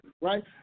right